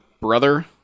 brother